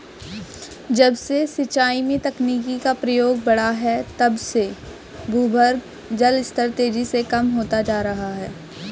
जब से सिंचाई में तकनीकी का प्रयोग बड़ा है तब से भूगर्भ जल स्तर तेजी से कम होता जा रहा है